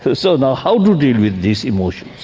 so so and how to deal with these emotions?